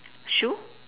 shoe